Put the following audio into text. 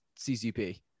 CCP